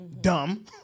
Dumb